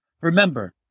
Remember